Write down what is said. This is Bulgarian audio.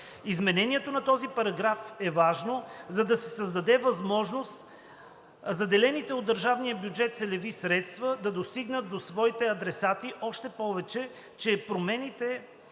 Изменението на този параграф е важно, за да се създаде възможност заделените от държавния бюджет целеви средства да достигнат до своите адресати, още повече че променените